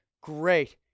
great